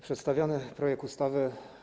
Przedstawiony projekt ustawy.